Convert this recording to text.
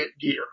gear